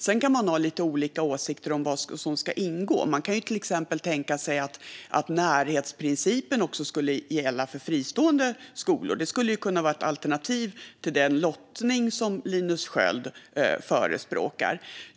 Sedan kan man ha lite olika åsikter om vad som ska ingå. Man kan till exempel tänka sig att närhetsprincipen skulle gälla också för fristående skolor; det skulle kunna vara ett alternativ till den lottning som Linus Sköld förespråkar.